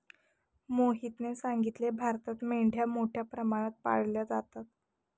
मोहितने सांगितले, भारतात मेंढ्या मोठ्या प्रमाणात पाळल्या जातात